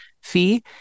fee